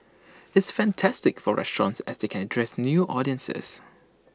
it's fantastic for restaurants as they can address new audiences